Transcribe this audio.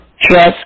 trust